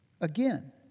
Again